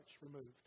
removed